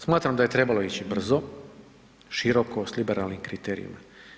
Smatram da je trebalo ići brzo, široko, s liberalnim kriterijima.